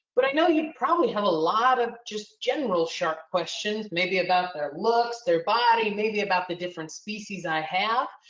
but i know you probably have a lot of just general shark questions maybe about their looks, their body, maybe about the different species i have.